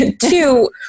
two